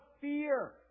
fear